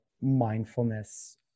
mindfulness